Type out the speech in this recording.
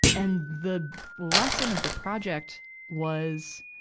and the lesson of the project was,